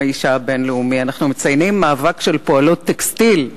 האשה הבין-לאומי: אנחנו מציינים מאבק של פועלות טקסטיל,